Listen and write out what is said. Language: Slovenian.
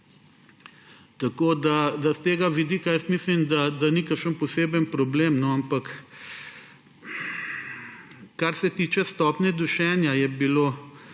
Tako da s tega vidika jaz mislim, da ni kakšen poseben problem, ampak kar se tiče stopnje dušenja, je bilo